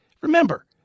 remember